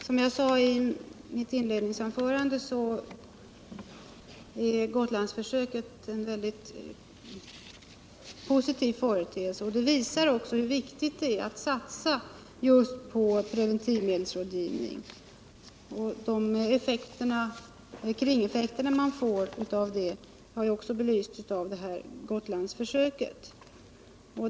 Herr talman! Som jag sade i mitt inledningsanförande är Gotlandsförsöket en mycket positiv företeelse. Det visar också hur viktigt det är att satsa just på preventivmedelsrådgivning. De kringeffekter man får av en sådan har likaså belysts av Gotlandsförsöket.